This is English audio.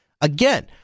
Again